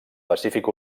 pacífic